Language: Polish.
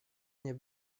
nie